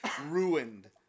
ruined